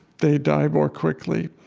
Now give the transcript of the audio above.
they die more quickly.